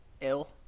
Ill